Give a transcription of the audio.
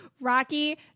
Rocky